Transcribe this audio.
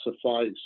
suffice